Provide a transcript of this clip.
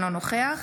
אינו נוכח